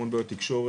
המון בעיות תקשורת,